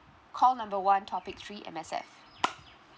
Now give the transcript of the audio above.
call number one topic three M_S_F